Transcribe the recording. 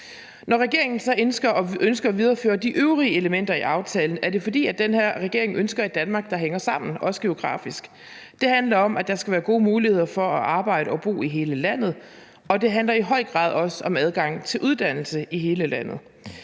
Når regeringen så ønsker at videreføre de øvrige elementer i aftalen, er det, fordi den her regering ønsker et Danmark, der hænger sammen, også geografisk. Det handler om, at der skal være gode muligheder for at arbejde og bo i hele landet, og det handler i høj grad også om adgang til uddannelse i hele landet.